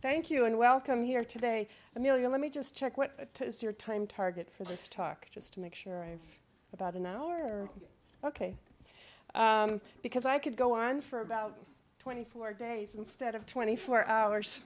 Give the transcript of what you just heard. thank you and welcome here today amelia let me just check what is your time target for this talk just to make sure i have about an hour ok because i could go on for about twenty four days instead of twenty four hours